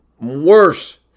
worse